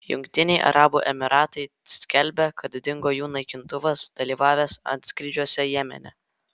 jungtiniai arabų emyratai skelbia kad dingo jų naikintuvas dalyvavęs antskrydžiuose jemene